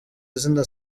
izina